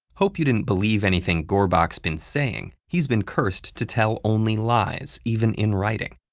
hope you didn't believe anything gorbak's been saying he's been cursed to tell only lies, even in writing.